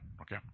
okay